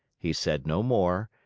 he said no more,